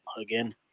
again